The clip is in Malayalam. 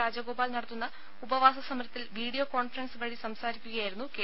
രാജഗോപാൽ നടത്തുന്ന ഉപവാസ സമരത്തിൽ വീഡിയോ കോൺഫറൻസ് വഴി സംസാരിക്കുകയായിരുന്നു കെ